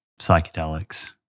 psychedelics